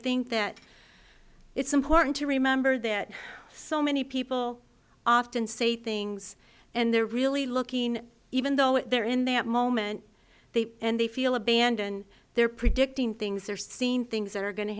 think that it's important to remember that so many people often say things and they're really looking even though they're in that moment and they feel abandoned they're predicting things they're seen things that are going to